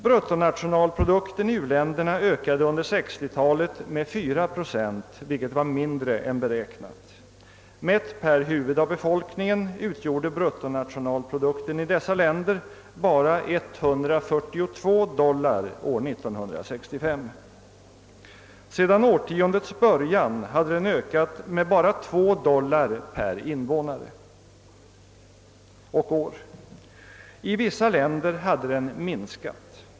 Bruttonationalprodukten i u-länderna ökade under 1960-talet med 4 procent, vilket var mindre än beräknat. Mätt per huvud av befolkningen utgjorde bruttonationalprodukten i dessa länder bara 142 dollar år 1965. Sedan årtiondets början hade den ökat med endast 2 dollar per invånare och år. I vissa länder hade den minskat.